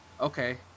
okay